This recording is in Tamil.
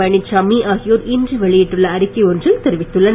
பழனிச்சாமி ஆகியோர் இன்று வெளியிட்டுள்ள அறிக்கை ஒன்றில் தெரிவித்துள்ளனர்